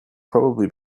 probably